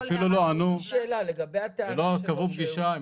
הם לא ענו ולא קבעו פגישה.